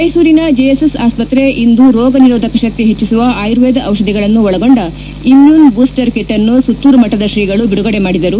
ಮೈಸೂರಿನ ಜೆಎಸ್ಎಸ್ ಆಸ್ವತ್ರೆ ಇಂದು ರೋಗ ನಿರೋಧಕ ಶಕ್ತಿ ಹೆಚ್ಚಿಸುವ ಆಯುರ್ದೇದ ಔಷಧಿಗಳನ್ನು ಒಳಗೊಂಡ ಇಮ್ಯೂನ್ ಬೂಸ್ಟರ್ ಕಿಟ್ ಅನ್ನು ಸುತ್ತೂರು ಮಠದ ಶ್ರೀಗಳು ಬಿಡುಗಡೆ ಮಾಡಿದರು